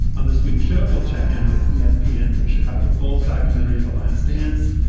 on this week's show, we'll check in with yeah espn yeah and chicago bulls documentary the last dance,